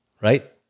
right